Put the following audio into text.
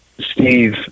Steve